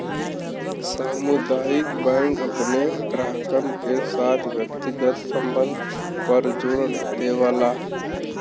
सामुदायिक बैंक अपने ग्राहकन के साथ व्यक्तिगत संबध पर जोर देवला